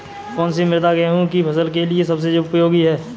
कौन सी मृदा गेहूँ की फसल के लिए सबसे उपयोगी है?